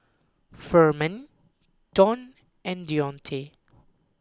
Furman Donn and Deontae